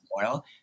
oil